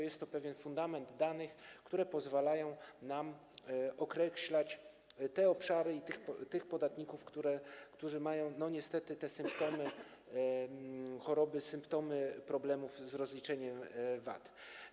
Jest to pewien fundament danych, które pozwalają nam określać te obszary i tych podatników, którzy mają niestety te symptomy choroby, symptomy problemów z rozliczeniem VAT.